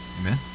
Amen